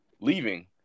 leaving